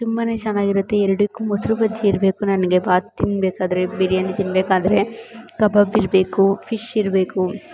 ತುಂಬಾ ಚೆನ್ನಾಗಿರುತ್ತೆ ಎರಡಕ್ಕು ಮೊಸರು ಬಜ್ಜಿ ಇರಬೇಕು ನನಗೆ ಬಾತ್ ತಿನ್ನಬೇಕಾದ್ರೆ ಬಿರಿಯಾನಿ ತಿನ್ನಬೇಕಾದ್ರೆ ಕಬಾಬ್ ಇರಬೇಕು ಫಿಶ್ ಇರಬೇಕು